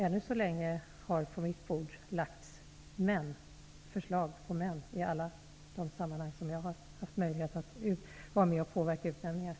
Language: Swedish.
Än så länge har man föreslagit män i alla de sammanhang där jag har varit med och kunnat påverka utnämningarna.